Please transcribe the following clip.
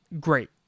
Great